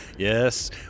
Yes